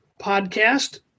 podcast